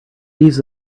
leaves